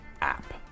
app